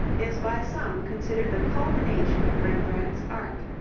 is by some considered the culmination of rembrandt's art.